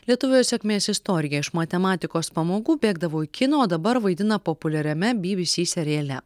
lietuvio sėkmės istorija iš matematikos pamokų bėgdavo į kino o dabar vaidina populiariame bybysy seriale